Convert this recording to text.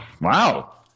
Wow